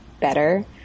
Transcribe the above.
better